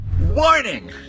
Warning